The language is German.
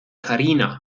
karina